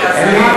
כי השרה,